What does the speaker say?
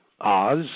Oz